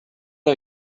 are